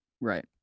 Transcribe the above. right